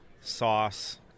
Sauce